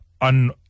on